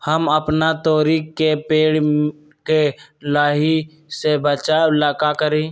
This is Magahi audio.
हम अपना तोरी के पेड़ के लाही से बचाव ला का करी?